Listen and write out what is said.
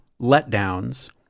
letdowns